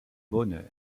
bonheur